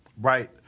Right